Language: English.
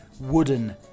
wooden